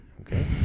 okay